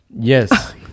Yes